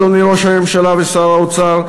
אדוני ראש הממשלה ושר האוצר,